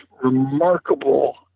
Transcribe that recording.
remarkable